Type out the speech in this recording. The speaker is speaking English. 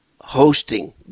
hosting